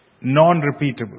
Non-repeatable